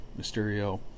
Mysterio